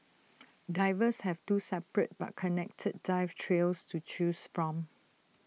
divers have two separate but connected dive trails to choose from